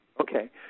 Okay